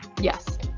Yes